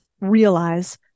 realize